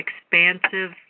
expansive